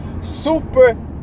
super